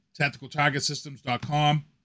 TacticalTargetSystems.com